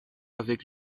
avec